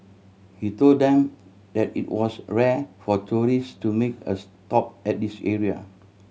he told them that it was rare for tourists to make a stop at this area